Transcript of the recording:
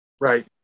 Right